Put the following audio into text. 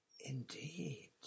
Indeed